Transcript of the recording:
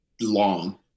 long